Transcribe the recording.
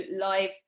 live